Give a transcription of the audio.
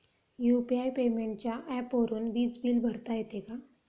UPI पेमेंटच्या ऍपवरुन वीज बिल भरता येते का?